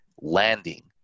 landing